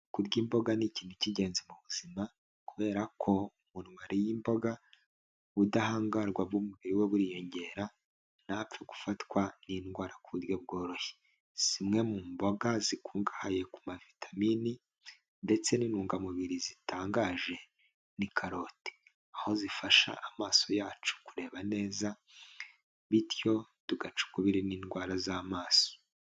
Kurya imboga ni ikintu k'ingenzi mubu buzima kubera ko umuntu wariye imboga ubudahangarwa bw'umubiri we buriyongera ntapfe gufatwa n'indwara ku buryo bworoshye, zimwe mu mboga zikungahaye ku ma vitamini ndetse n'intungamubiri zitangaje ni karoti aho zifasha amaso yacu kureba neza bityo tugaca ukubiri n'indwara z'amaso.